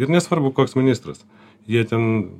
ir nesvarbu koks ministras jie ten